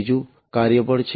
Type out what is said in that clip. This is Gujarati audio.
ત્રીજું કાર્યબળ છે